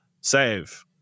save